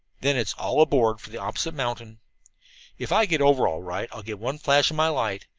then it's all aboard for the opposite mountain if i get over all right i'll give one flash of my light.